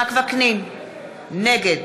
נגד